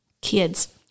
Kids